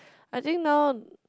I think now